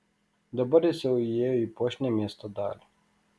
dabar jis jau įėjo į puošniąją miesto dalį